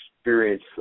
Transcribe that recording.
experience